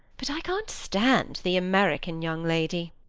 but i can't stand the american young lady.